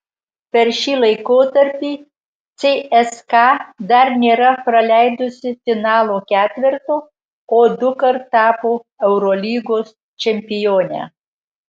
per šį laikotarpį cska dar nėra praleidusi finalo ketverto o dukart tapo eurolygos čempione